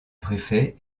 préfet